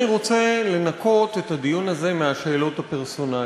אני רוצה לנקות את הדיון הזה מהשאלות הפרסונליות.